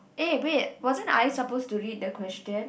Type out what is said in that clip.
eh wait wasn't I supposed to read the question